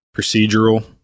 procedural